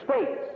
space